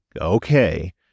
Okay